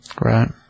Right